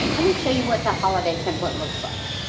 let me show you what the holiday template looks like.